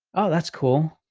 oh, that's cool.